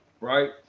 right